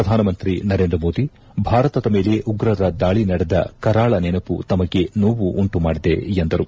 ಪ್ರಧಾನ ಮಂತ್ರಿ ನರೇಂದ್ರ ಮೋದಿ ಭಾರತದ ಮೇಲೆ ಉಗ್ರರ ದಾಳಿ ನಡೆದ ಕರಾಳ ನೆನಪು ತಮಗೆ ನೋವು ಉಂಟು ಮಾಡಿದೆ ಎಂದರು